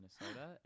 Minnesota